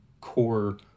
core